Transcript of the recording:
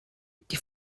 die